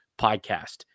podcast